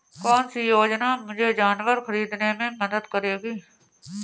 कौन सी योजना मुझे जानवर ख़रीदने में मदद करेगी?